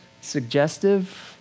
suggestive